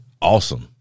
awesome